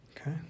Okay